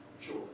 Sure